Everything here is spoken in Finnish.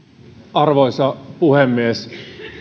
arvoisa puhemies